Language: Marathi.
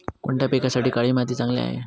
कोणत्या पिकासाठी काळी माती चांगली आहे?